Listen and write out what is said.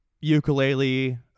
ukulele